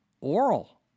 oral